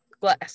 glass